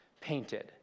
painted